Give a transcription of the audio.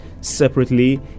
separately